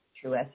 true